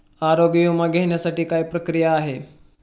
आरोग्य विमा घेण्यासाठी काय प्रक्रिया आहे?